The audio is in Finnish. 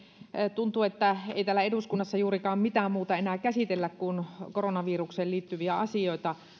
tuntuu että ei täällä eduskunnassa juurikaan mitään muuta enää käsitellä kuin koronavirukseen liittyviä asioita